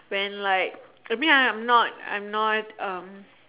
when like I mean I'm not I'm not um